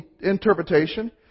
interpretation